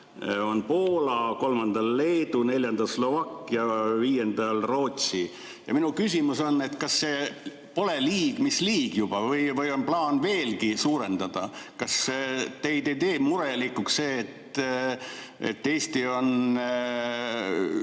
on Poola, kolmandal Leedu, neljandal Slovakkia ja viiendal Rootsi. Minu küsimus on, kas see pole juba liig mis liig või on plaan [toetust] veelgi suurendada. Kas teid ei tee murelikuks see, et Eesti on